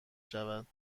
شود